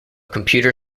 computer